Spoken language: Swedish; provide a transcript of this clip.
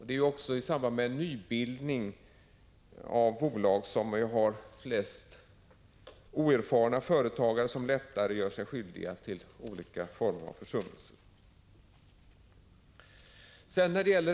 Dessutom är antalet oerfarna företagare, som lättare gör sig skyldiga till olika former av försummelser, störst i samband med nybildningar av bolag.